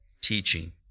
teaching